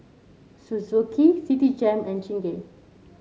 Suzuki Citigem and Chingay